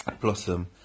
Blossom